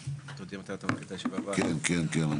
<< סיום >> הישיבה ננעלה בשעה 14:30.